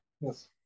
Yes